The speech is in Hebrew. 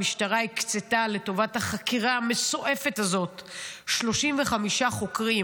המשטרה הקצתה לטובת החקירה המסועפת הזאת 35 חוקרים,